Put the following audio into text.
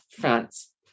France